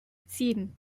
sieben